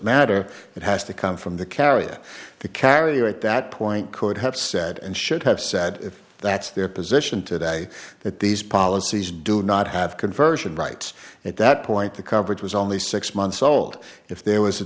matter that has to come from the carrier the carrier at that point could have said and should have said if that's their position today that these policies do not have conversion rights at that point the coverage was only six months old if there was a